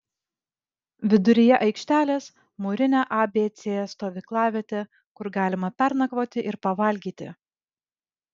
viduryje aikštelės mūrinė abc stovyklavietė kur galima pernakvoti ir pavalgyti